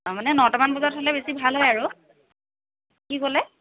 অঁ মানে নটা মান বজাত হ'লে বেছি ভাল হয় আৰু কি ক'লে